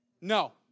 No